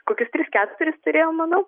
kokius tris keturis turėjo manau